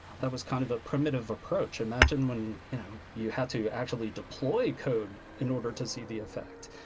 that was kind of a primitive approach. imagine when you have to actually deploy a code in order to see the effect.